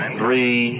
three